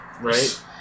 Right